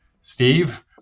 Steve